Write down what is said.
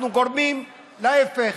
אנחנו גורמים, להפך.